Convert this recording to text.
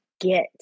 get